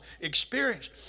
experience